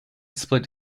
split